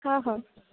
ହଁ ହେଉ